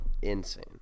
Insane